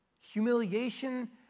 humiliation